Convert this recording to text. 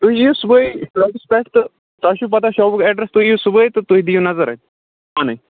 تُہۍ یِیِو صُبحٲے شاپَس پٮ۪ٹھ تہٕ تۄہہِ چھُو پَتہٕ شاپُک ایٚڈرَس تُہۍ یِیِو صُبحٲے تہٕ تُہۍ دِیِو نظر اَتہِ پانے